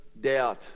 doubt